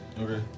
Okay